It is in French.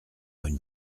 une